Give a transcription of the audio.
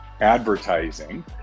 advertising